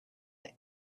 the